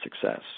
success